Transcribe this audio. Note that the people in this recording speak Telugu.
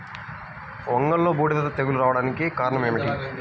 వంగలో బూడిద తెగులు రావడానికి కారణం ఏమిటి?